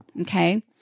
Okay